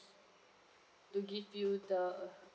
to give you the